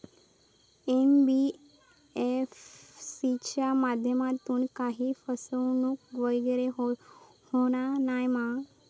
NBFC च्या माध्यमातून काही फसवणूक वगैरे होना नाय मा?